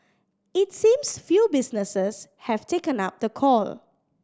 it seems few businesses have taken up the call